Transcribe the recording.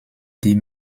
die